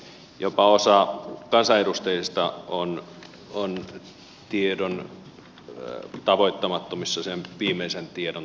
jopa osa kansanedustajista on tiedon tavoittamattomissa sen viimeisen tiedon tavoittamattomissa